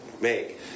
make